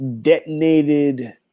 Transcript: detonated